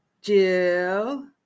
Jill